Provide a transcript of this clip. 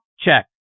Check